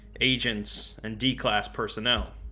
agents, and d-class personnel,